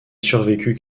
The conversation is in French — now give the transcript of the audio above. survécu